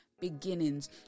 beginnings